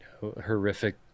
horrific